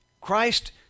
Christ